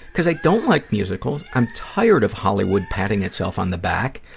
because i don't like musicals. i'm tired of hollywood patting itself on the back.